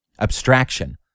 Abstraction